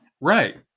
Right